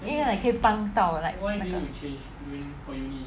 因为可以帮到 like